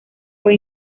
fue